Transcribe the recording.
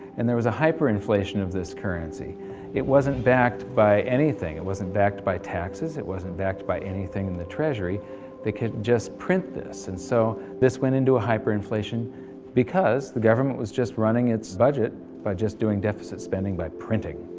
and there was a hyper inflation of this currency it wasn't backed by anything, it wasn't backed by taxes it wasn't backed by anything. and the treasury they could just print this and so this went into hyper-inflation because the government was just running its budget by just doing deficit spending by printing.